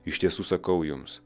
iš tiesų sakau jums